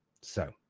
so,